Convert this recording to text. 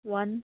one